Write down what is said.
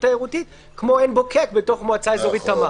תיירותית כמו עין בוקק בתוך מועצה אזורית תמר.